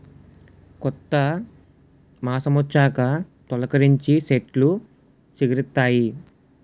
కొత్త మాసమొచ్చాక తొలికరించి సెట్లు సిగిరిస్తాయి